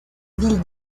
ville